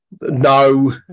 No